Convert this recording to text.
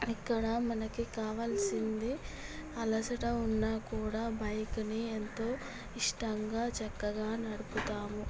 ఇక్కడ మనకి కావాల్సింది అలసట ఉన్నా కూడా బైకుని ఎంతో ఇష్టంగా చక్కగా నడుపుతాము